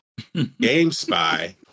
GameSpy